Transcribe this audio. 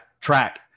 track